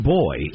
boy